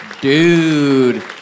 Dude